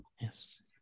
Yes